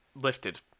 lifted